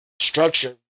structure